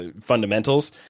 fundamentals